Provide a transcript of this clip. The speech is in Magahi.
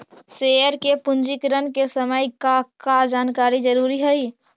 शेयर के पंजीकरण के समय का का जानकारी जरूरी हई